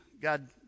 God